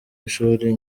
ishuri